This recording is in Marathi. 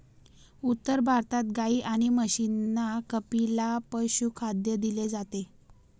उत्तर भारतात गाई आणि म्हशींना कपिला पशुखाद्य दिले जाते